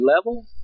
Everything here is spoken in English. level